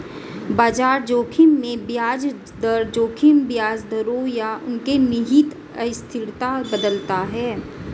बाजार जोखिम में ब्याज दर जोखिम ब्याज दरों या उनके निहित अस्थिरता बदलता है